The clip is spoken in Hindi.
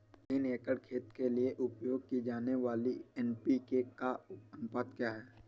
तीन एकड़ खेत के लिए उपयोग की जाने वाली एन.पी.के का अनुपात क्या है?